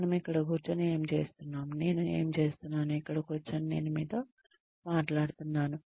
మనము ఇక్కడ కూర్చుని ఏమి చేస్తున్నాం నేను ఏమి చేస్తున్నాను ఇక్కడ కూర్చుని నేను మీతో మాట్లాడుతున్నాను